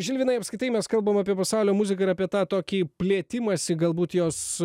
žilvinai apskritai mes kalbam apie pasaulio muziką ir apie tą tokį plėtimąsi galbūt jos